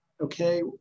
okay